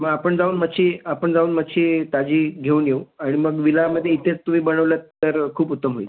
मग आपण जाऊन मच्छी आपण जाऊन मच्छी ताजी घेऊन येऊ आणि मग विलामध्ये इथेच तुम्ही बनवलंत तर खूप उत्तम होईल